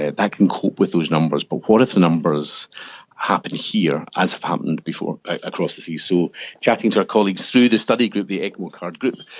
and that can cope with those numbers, but what if the numbers happen here as have happened across the seas? so chatting to our colleagues through the study group, the ecmocard group,